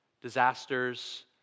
disasters